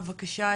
בבקשה,